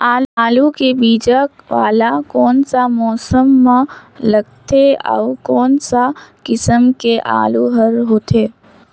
आलू के बीजा वाला कोन सा मौसम म लगथे अउ कोन सा किसम के आलू हर होथे?